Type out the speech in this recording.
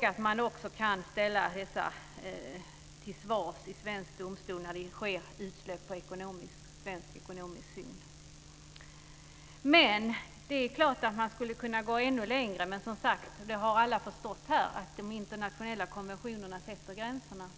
Man kan också ställa människor till svars i svensk domstol när det sker utsläpp i svensk ekonomisk zon. Det är klart att man skulle kunna gå ännu längre, men alla har som sagt förstått här att de internationella konventionerna sätter gränserna.